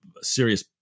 serious